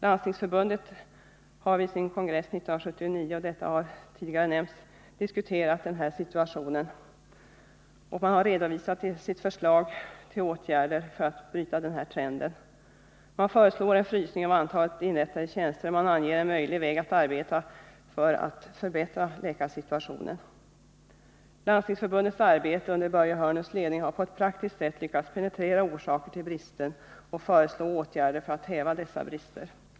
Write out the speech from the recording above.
Landstingsförbundet har vid sin kongress 1979, som tidigare nämnts, diskuterat denna situation, och man har redovisat sitt förslag till åtgärder för att bryta denna trend. Man föreslår en frysning av antalet inrättade tjänster, och man anger en möjlig väg att arbeta för att förbättra läkarsituationen. Landstingsförbundets arbete under Börje Hörnlunds ledning har på ett praktiskt sätt lyckats penetrera orsaker till bristen och föreslå åtgärder för att häva dessa brister.